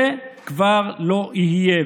זה כבר לא יהיה,